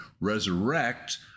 resurrect